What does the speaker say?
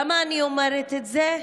למה אני אומרת את זה?